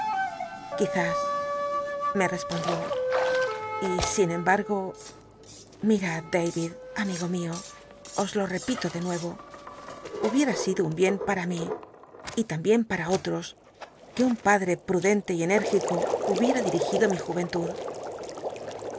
me respondió y sin embargo ilimd dal'id am igo mio os lo rcpito de nucyo hubiera sido un hien para mi y lambien para os que un padre pmdenlc y cnérgico hubicotr ra dirigido mi juycntnd